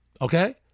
Okay